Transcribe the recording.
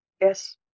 Yes